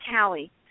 Callie